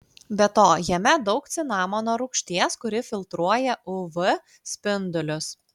be to jame daug cinamono rūgšties kuri filtruoja uv spindulius